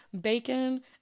Bacon